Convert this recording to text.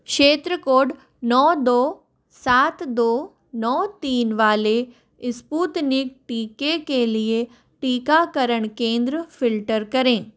क्षेत्र कोड नौ दो सात दो नौ तीन वाले स्पुतनिक टीके के लिए टीकाकरण केंद्र फ़िल्टर करें